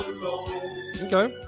Okay